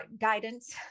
guidance